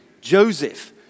Joseph